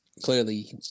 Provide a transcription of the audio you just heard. clearly